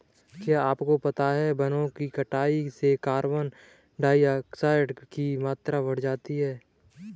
क्या आपको पता है वनो की कटाई से कार्बन डाइऑक्साइड की मात्रा बढ़ रही हैं?